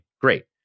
Great